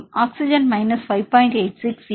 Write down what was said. oxygen minus 5